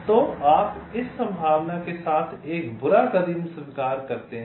तो आप इस संभावना के साथ एक बुरा कदम स्वीकार करते हैं